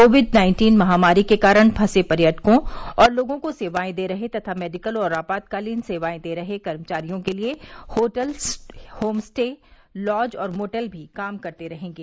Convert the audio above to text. Covid nineteen महामारी के कारण फंसे पर्यटकों और लोगों को सेवाए दे रहे तथा मेडिकल और आपातकालीन सेवा दे रहे कर्मचारियों के लिए होटल होम स्टे लॉज और मोटल काम करते रहेंगे